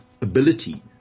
ability